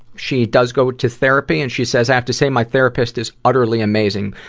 she does go to therapy. and she says, i have to say my therapist is utterly amazing.